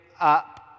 up